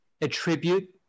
attribute